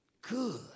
Good